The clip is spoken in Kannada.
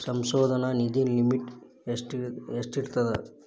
ಸಂಶೋಧನಾ ನಿಧಿ ಲಿಮಿಟ್ ಎಷ್ಟಿರ್ಥದ